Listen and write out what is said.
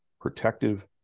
protective